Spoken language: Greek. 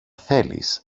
θέλεις